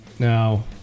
Now